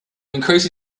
increase